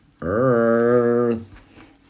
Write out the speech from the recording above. Earth